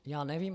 Já nevím.